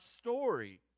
story